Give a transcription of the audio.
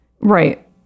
right